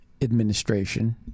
administration